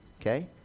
okay